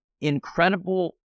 incredible